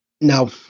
No